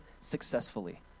successfully